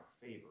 favor